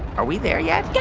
are we there yet? guy